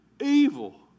Evil